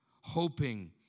hoping